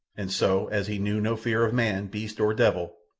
and so, as he knew no fear of man, beast, or devil,